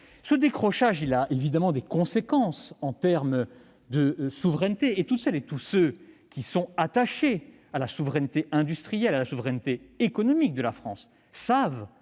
Ce décrochage a des conséquences en termes de souveraineté- toutes celles et tous ceux qui sont attachés à la souveraineté industrielle et économique de la France savent